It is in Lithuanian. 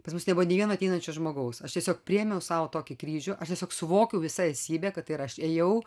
pas mus nebuvo nė vieno ateinančio žmogaus aš tiesiog priėmiau sau tokį kryžių aš tiesiog suvokiau visa esybe kad ir aš ėjau